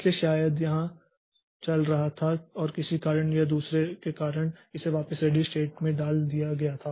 इसलिए शायद यह यहां चल रहा था और किसी कारण या दूसरे के कारण इसे वापस रेडी स्टेट में डाल दिया गया था